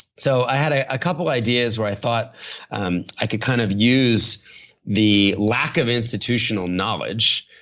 so, i had ah a couple ideas where i thought um i could kind of use the lack of institutional knowledge.